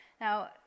Now